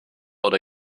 oder